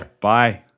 Bye